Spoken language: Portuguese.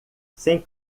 sem